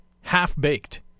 half-baked